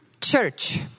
Church